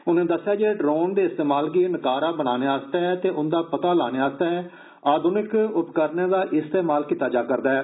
उनें दस्सेया जे ड्रोन दे इस्तेमाल गी नकारा बनाने आस्तै ते उन्दा पता लाने आस्तै आध्निक उपकरणें दा इस्तेमाल कीता जा करदा ऐ